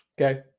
okay